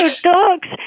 Dogs